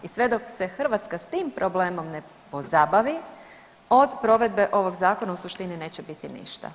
I sve dok se Hrvatska s tim problemom ne pozabavi od provedbe ovog zakona u suštini neće biti ništa.